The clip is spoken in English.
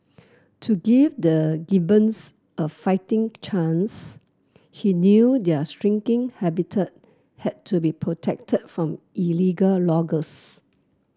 to give the gibbons a fighting chance he knew their shrinking habitat had to be protected from illegal loggers